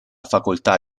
facoltà